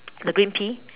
the green pea